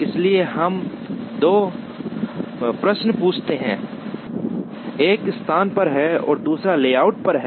इसलिए हम दो प्रश्न पूछते हैं एक स्थान पर है और दूसरा लेआउट पर है